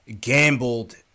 gambled